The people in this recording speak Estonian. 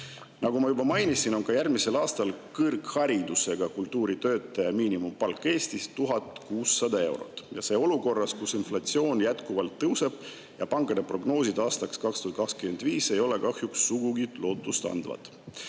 Nagu ma juba mainisin, on ka järgmisel aastal kõrgharidusega kultuuritöötaja miinimumpalk Eestis 1600 eurot, seda olukorras, kus inflatsioon jätkuvalt tõuseb ja pankade prognoosid aastaks 2025 ei ole kahjuks sugugi lootustandvad.